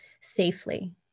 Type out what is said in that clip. safely